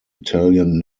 italian